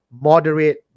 moderate